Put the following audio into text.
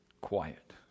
quiet